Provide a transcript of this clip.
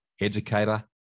educator